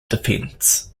defence